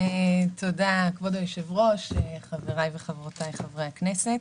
תודה, כבוד היושב-ראש, חבריי חברי הכנסת.